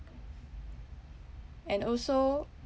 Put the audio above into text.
and also